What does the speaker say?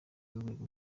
n’urwego